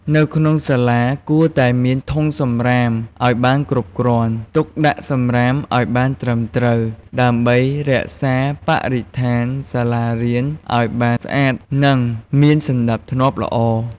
នៅក្នុងសាលាគួរតែមានធុងសំរាមឲ្យបានគ្រប់គ្រាន់ ទុកដាក់សំរាមឲ្យបានត្រឹមត្រូវ ដើម្បីរក្សាបរិស្ថានសាលារៀនឲ្យបានស្អាត និងមានសណ្តាប់ធ្នាប់ល្អ។